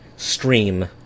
stream